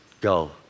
go